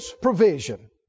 provision